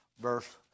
verse